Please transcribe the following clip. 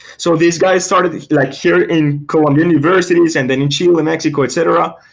so this guy started like here in colombia university and then in chile, mexico, etc,